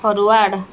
forward